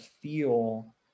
feel